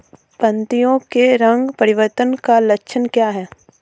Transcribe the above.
पत्तियों के रंग परिवर्तन का लक्षण क्या है?